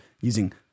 using